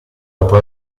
dopo